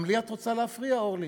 גם לי את רוצה להפריע, אורלי,